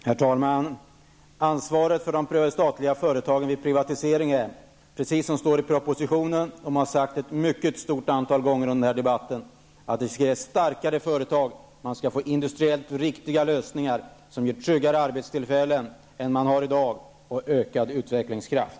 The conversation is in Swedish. Herr talman! Kravet på de statliga företagen vid privatisering är -- precis som det står i propositionen och som jag har sagt ett stort antal gånger under denna debatt -- att det krävs starka företag. Man vill ha industriellt riktiga lösningar, som ger tryggare arbetstillfällen än i dag och ökad utvecklingskraft.